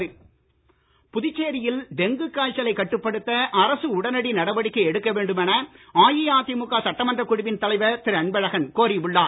அன்பழகன் புதுச்சேரியில் டெங்கு காய்ச்சலைக் கட்டுப்படுத்த அரசு உடனடி நடவடிக்கை எடுக்க வேண்டும் என அஇஅதிமுக சட்டமன்றக் குழுவின் தலைவர் திரு அன்பழகன் கோரி உள்ளார்